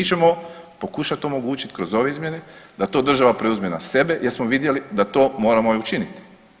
Mi ćemo pokušati omogućiti kroz ove izmjene da to države preuzme na sebe jer smo vidjeli da to moramo i učiniti.